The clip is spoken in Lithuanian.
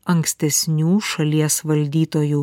ankstesnių šalies valdytojų